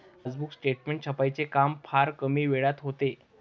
passbook statement छपाईचे काम फार कमी वेळात होते